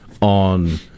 on